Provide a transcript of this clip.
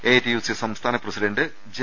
A I T U സിർസംസ്ഥാന president J